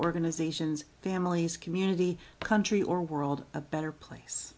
organizations families community country or world a better place